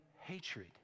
hatred